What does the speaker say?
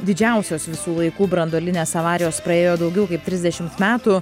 didžiausios visų laikų branduolinės avarijos praėjo daugiau kaip trisdešimt metų